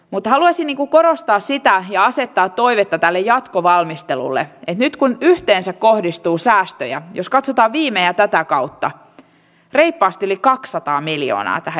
mutta haluaisin korostaa sitä ja asettaa toiveita tälle jatkovalmistelulle nyt kun yhteensä kohdistuu säästöjä jos katsotaan viime ja tätä kautta pari asteli kaksisataa miljoonaa ja